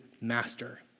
master